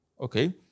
okay